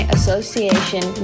Association